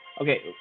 okay